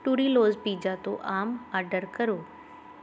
ਟੂਰੀਲੋਸ pizza ਤੋਂ ਆਮ order ਕਰੋ